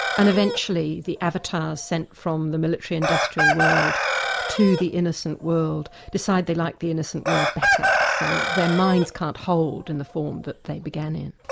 and eventually the avatars sent from the military industrial world to the innocent world, decide they like the innocent world better. so their minds can't hold in the form that they began in.